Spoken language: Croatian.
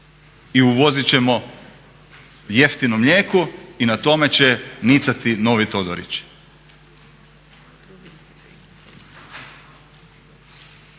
i uvozit ćemo jeftino mlijeko i na tome će nicati novi Todorići.